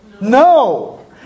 No